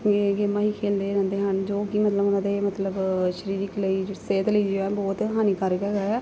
ਗੇ ਗੇਮਾਂ ਹੀ ਖੇਡਦੇ ਰਹਿੰਦੇ ਹਨ ਜੋ ਕਿ ਮਤਲਬ ਉਹਨਾਂ ਦੇ ਮਤਲਬ ਸਰੀਰਿਕ ਲਈ ਜੋ ਸਿਹਤ ਲਈ ਜੋ ਹੈ ਬਹੁਤ ਹਾਨੀਕਾਰਕ ਹੈ